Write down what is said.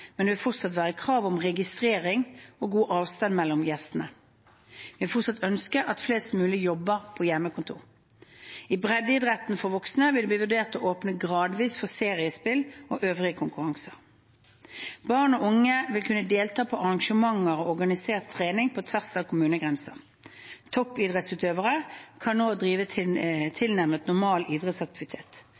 men det vil fortsatt være krav om registering og god avstand mellom gjestene. Vi vil fortsatt ønske at flest mulig jobber på hjemmekontor. I breddeidretten for voksne vil det bli vurdert å åpne gradvis for seriespill og øvrige konkurranser. Barn og unge vil kunne delta på arrangementer og organisert trening på tvers av kommunegrensene. Toppidrettsutøvere kan nå drive tilnærmet normal idrettsaktivitet.